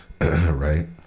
right